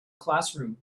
classroom